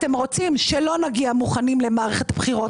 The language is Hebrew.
אתם רוצים שלא נגיע מוכנים למערכת בחירות,